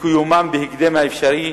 ולקיומן בהקדם האפשרי,